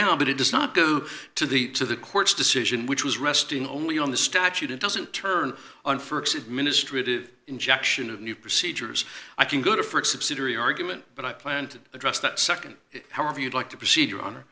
now but it does not go to the to the court's decision which was resting only on the statute it doesn't turn on for its administrative injection of new procedures i can go to for its subsidiary argument but i plan to address that nd however you'd like to proceed your honor